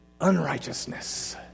unrighteousness